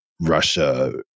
Russia